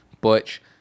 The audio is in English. Butch